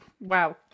wow